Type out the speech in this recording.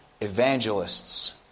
evangelists